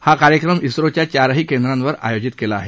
हा कार्यक्रम ओच्या चारही केंद्रांवर आयोजित केला आहे